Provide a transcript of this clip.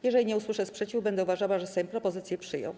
Jeżeli nie usłyszę sprzeciwu, będę uważała, że Sejm propozycję przyjął.